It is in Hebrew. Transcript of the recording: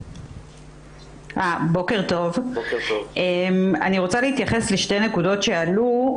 בוקר טוב אני רוצה להתייחס לשתי נקודות שעלו.